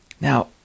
Now